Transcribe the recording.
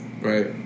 Right